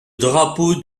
drapeau